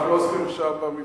אנחנו לא עוסקים עכשיו במפלגה